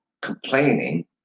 complaining